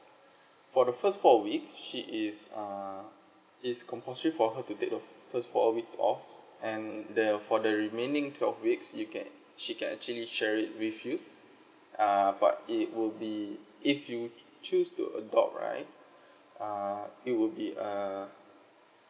for the first four weeks she is err is compulsory for her to take the first four weeks off and the for the remaining twelve weeks you can she can actually share it with you err but it will be if you choose to adopt right err it would be err